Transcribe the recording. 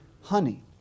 honey